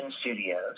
studios